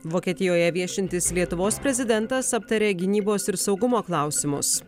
vokietijoje viešintis lietuvos prezidentas aptarė gynybos ir saugumo klausimus